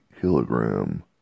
kilogram